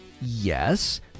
yes